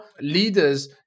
leaders